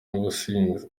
n’ubusinzi